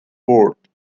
word